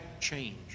change